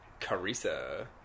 Carissa